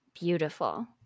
Beautiful